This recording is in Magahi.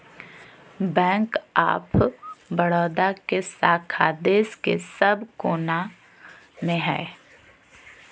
बैंक ऑफ बड़ौदा के शाखा देश के सब कोना मे हय